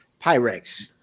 Pyrex